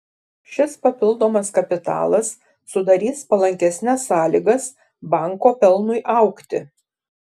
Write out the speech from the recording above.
šis papildomas kapitalas sudarys palankesnes sąlygas banko pelnui augti